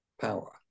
power